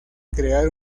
crear